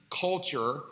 culture